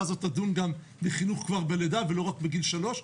הזו תדון גם בחינוך כבר מלידה ולא רק בגיל שלוש.